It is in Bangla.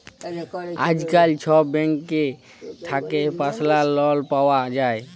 আইজকাল ছব ব্যাংক থ্যাকে পার্সলাল লল পাউয়া যায়